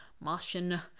Martian